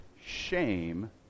shame